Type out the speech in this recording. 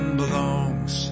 belongs